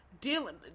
dealing